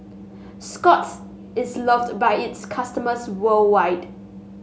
Scott's is loved by its customers worldwide